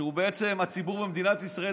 הציבור במדינת ישראל,